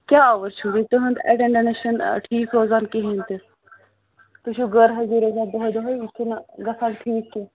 کیٛاہ آوُر چھِو وٕنہِ تٕہُنٛد اٮ۪ٹٮ۪نٛڈٮ۪نٕس چھَنہٕ ٹھیٖک روزان کِہینۍ تہِ تُہۍ چھِو غٲر حٲضِر روزان دۄہَے دۄہَے یہِ چھِنہٕ گَژھان ٹھیٖک کینٛہہ